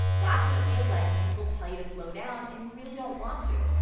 that's what it feels like when people tell you to slow down and you really don't want to.